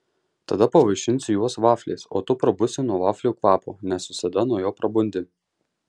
tada pavaišinsiu juos vafliais o tu prabusi nuo vaflių kvapo nes visada nuo jo prabundi